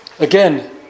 Again